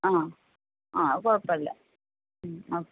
ആ ആ അത് കുഴപ്പമില്ല ഉം ആ